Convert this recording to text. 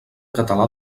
català